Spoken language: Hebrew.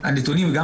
שהנתונים וגם